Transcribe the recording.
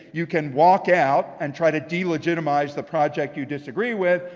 you can walk out and try to delegitimize the project you disagree with,